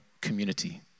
community